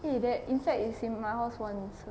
eh that insect is in my house once